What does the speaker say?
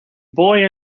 boy